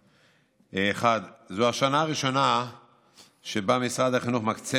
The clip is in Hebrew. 1. זאת השנה הראשונה שבה משרד החינוך מקצה